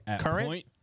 Current